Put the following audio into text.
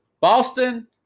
Boston